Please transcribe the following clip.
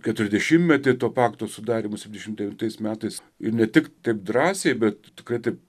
keturiasdešimtmetį to pakto sudarymo septyniasdeimt devintais metais ir ne tik taip drąsiai bet tikrai taip